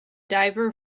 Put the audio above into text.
diver